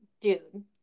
dude